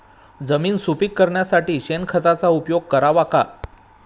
जमीन सुपीक करण्यासाठी शेणखताचा उपयोग करावा का?